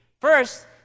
First